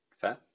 Fair